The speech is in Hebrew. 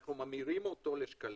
אנחנו ממירים אותו לשקלים.